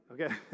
okay